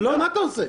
מה אתה עושה?